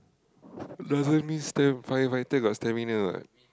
doesn't mean stam~ firefighter got stamina what